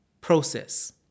process